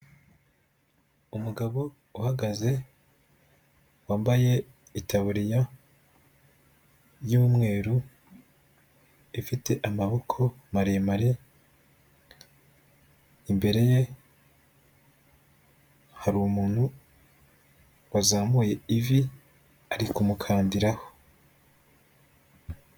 Umugabo uhagaze wambaye itaburiya y'umweru ifite amaboko maremare, imbere ye hari umuntu wazamuye ivi ari kumukandiraho.